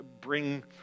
bring